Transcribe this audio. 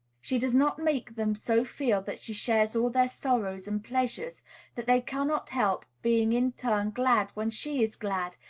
she does not make them so feel that she shares all their sorrows and pleasures that they cannot help being in turn glad when she is glad,